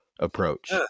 approach